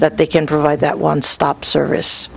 that they can provide that one stop service